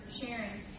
sharing